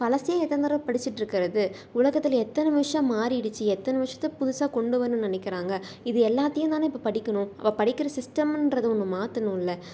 பழசே எந்தனனை தடவை படிச்சுட்டிருக்கறது உலகத்தில் எத்தன விஷயோம் மாறிடிச்சு எத்தனை விஷயத்த புதுசாக கொண்டு வரணுன்னு நினைக்கிறாங்க இது எல்லாத்தையும் தானே இப்போ படிக்கணும் அப்போ படிக்கிற சிஸ்டம்ன்கிறது ஒன்று மாத்தணும்ல்ல